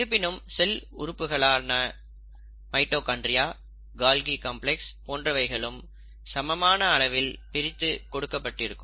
இருப்பினும் செல் உறுப்புகளான மைட்டோகாண்ட்ரியா கோல்கி காம்ப்ளக்ஸ் போன்றவைகளும் சமமான அளவில் பிரித்துக் கொடுக்கப் பட்டிருக்கும்